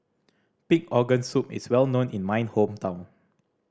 pig organ soup is well known in my hometown